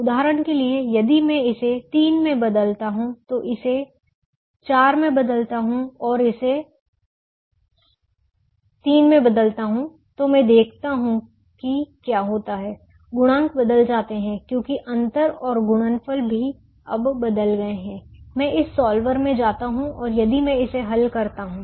उदाहरण के लिए यदि मैं इसे 3 में बदलता हूं तो इसे 4 में बदलता हूं और इसे 3 में बदलता हूं मैं देखता हूं कि क्या होता है गुणांक बदल जाते है क्योंकि अंतर और गुणनफल भी अब बदल गए हैं मैं इस सॉल्वर में जाता हूं और यदि मैं इसे हल करता हूं